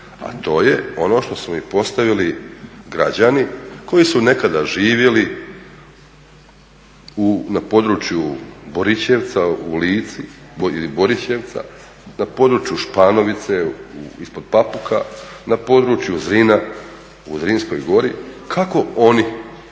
a to je ono što su mi postavili građani koji su nekada živjeli na području Borićevca u Lici iz Borićevca na području Španovice ispod Pupuka, na području Zrina u Zrinskoj gori, kako oni